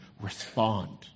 respond